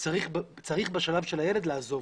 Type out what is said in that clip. צריך בשלב של הילד לעזוב,